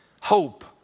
Hope